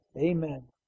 Amen